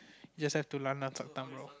just have to lanlan suck thumb lor